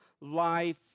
life